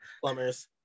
plumbers